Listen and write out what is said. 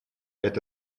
это